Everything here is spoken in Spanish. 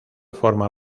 forma